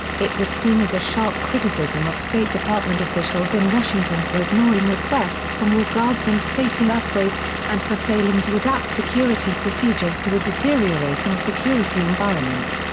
it was seen as a sharp criticism of state department officials in washington for ignoring requests for more guards and safety upgrades, and for failing to adapt security procedures to a deteriorating security environment.